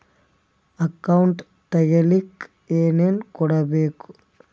Account ತೆಗಿಲಿಕ್ಕೆ ಏನೇನು ಕೊಡಬೇಕು?